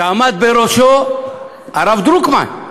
שעמד בראשו הרב דרוקמן.